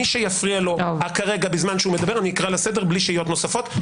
מי שיפריע לו כרגע בזמן שהוא מדבר אני אקרא לסדר בלי שהיות נוספות.